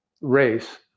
race